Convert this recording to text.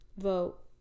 vote